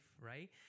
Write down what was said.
right